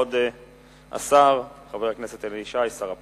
כבוד השר, חבר הכנסת אלי ישי, שר הפנים,